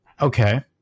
Okay